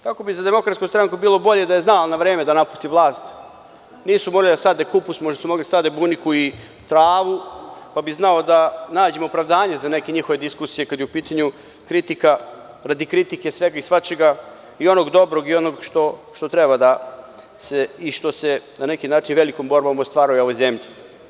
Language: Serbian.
Tako da bi za DS bilo bolje da je znala na vreme da napusti vlast, nisu morali da sade kupus, možda su mogli da sade buniku i travu, pa bi znao da nađem opravdanje za neke njihove diskusije kada je u pitanju kritika radi kritike svega i svačega i onog dobrog i onog što se na neki način velikom borbom ostvaruje u ovoj zemlji.